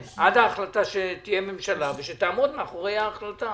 שתהיה ממשלה ושתעמוד מאחורי ההחלטה.